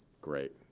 great